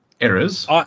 errors